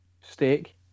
steak